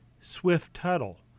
Swift-Tuttle